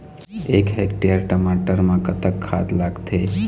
एक हेक्टेयर टमाटर म कतक खाद लागथे?